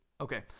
Okay